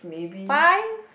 five